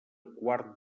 quart